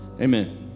Amen